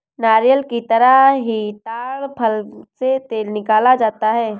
नारियल की तरह ही ताङ फल से तेल निकाला जाता है